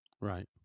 Right